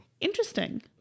Interesting